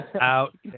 Out